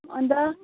अनि त